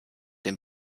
den